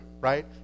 right